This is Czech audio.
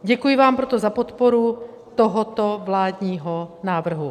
Děkuji vám proto za podporu tohoto vládního návrhu.